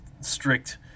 strict